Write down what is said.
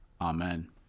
Amen